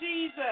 Jesus